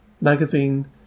magazine